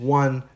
one